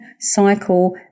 cycle